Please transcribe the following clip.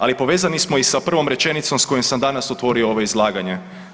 Ali povezani smo i sa prvom rečenicom s kojom sam danas otvorio ovo izlaganje.